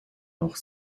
noch